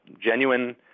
genuine